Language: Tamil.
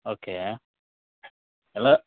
ஓகே எல்லா